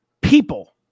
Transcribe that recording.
people